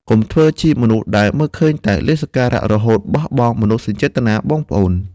កុំធ្វើជាមនុស្សដែលឃើញតែលាភសក្ការៈ រហូតបោះបង់មនោសញ្ចេតនាបងប្អូន។